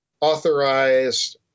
authorized